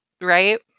Right